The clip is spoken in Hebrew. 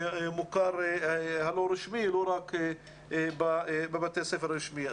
במוכר שאינו רשמי ולא רק בבתי הספר הרשמיים.